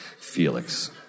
Felix